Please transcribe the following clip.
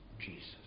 Jesus